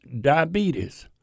diabetes